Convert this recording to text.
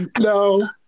No